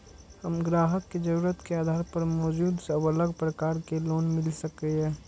हम ग्राहक के जरुरत के आधार पर मौजूद सब अलग प्रकार के लोन मिल सकये?